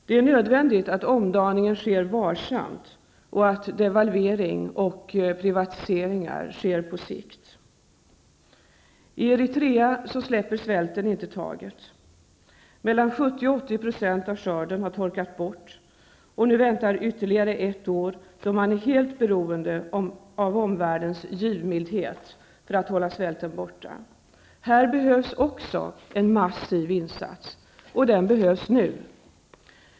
Det är nödvändigt att omdaningen sker varsamt och att devalvering och privatiseringar sker på sikt. I Eritrea släpper svälten inte taget. Mellan 70 och 80 % av skörden har torkat bort, och nu väntar ytterligare ett år då man är helt beroende av omvärldens givmildhet för att hålla svälten borta. Också här behövs en massiv insats, och den behövs nu.